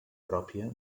pròpia